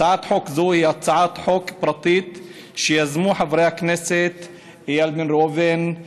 הצעת חוק זו היא הצעת חוק פרטית שיזמו חברי הכנסת איל בן ראובן,